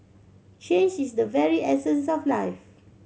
change is the very essence of life